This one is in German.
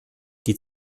die